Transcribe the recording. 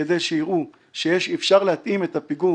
כדי שיראו שאפשר להתאים את הפיגום